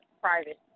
private